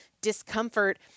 discomfort